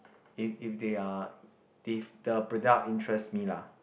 if if they are if the product interests me lah